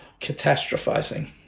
catastrophizing